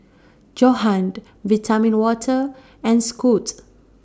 Johan Vitamin Water and Scoot